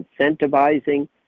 incentivizing